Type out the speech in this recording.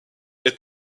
est